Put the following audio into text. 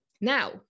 now